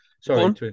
Sorry